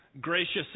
Gracious